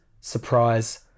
surprise